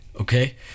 Okay